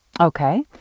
Okay